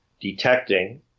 detecting